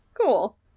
Cool